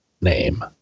name